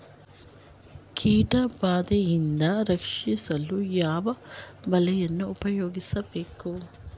ಕೀಟಬಾದೆಯಿಂದ ರಕ್ಷಿಸಲು ಯಾವ ಬಲೆಯನ್ನು ಉಪಯೋಗಿಸಬೇಕು?